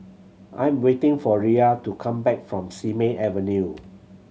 I'm waiting for Riya to come back from Simei Avenue